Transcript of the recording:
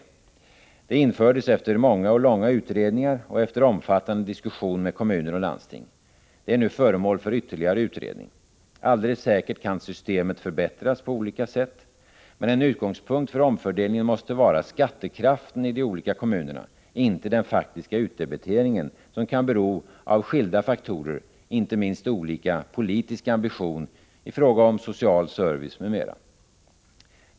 Det infördes efter många och långa utredningar och efter omfattande diskussion med kommuner och landsting. Det är nu föremål för ytterligare utredning. Alldeles säkert kan systemet förbättras på olika sätt, men en utgångspunkt för omfördelningen måste vara skattekraften i de olika kommunerna, inte den faktiska utdebiteringen, som kan bero på skilda faktorer — inte minst olika politisk ambition i fråga om social service m.m.